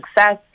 success